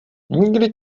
nikdy